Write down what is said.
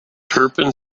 turpin